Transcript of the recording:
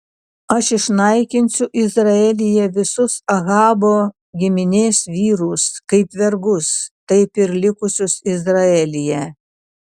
aš išnaikinsiu izraelyje visus ahabo giminės vyrus kaip vergus taip ir likusius izraelyje